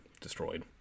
destroyed